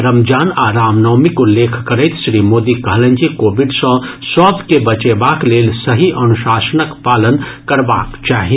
रमजान आ रामनवमीक उल्लेख करैत श्री मोदी कहलनि जे कोविड सॅ सभ के बचेबाक लेल सही अनुशासनक पालन करबाक चाही